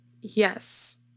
Yes